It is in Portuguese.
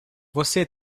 você